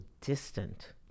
distant